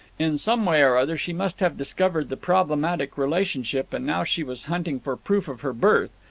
in some way or other she must have discovered the problematic relationship, and now she was hunting for proof of her birth,